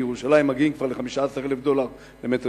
בירושלים מגיעים כבר ל-15,000 דולר למטר